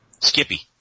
Skippy